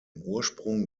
ursprung